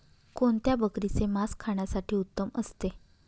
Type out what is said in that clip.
कोणत्या बकरीचे मास खाण्यासाठी उत्तम असते?